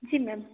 जी ma'am